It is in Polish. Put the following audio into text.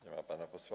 Nie ma pana posła.